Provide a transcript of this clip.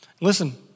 Listen